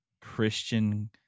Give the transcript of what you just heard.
Christian